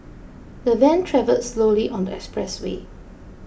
the van travelled slowly on the expressway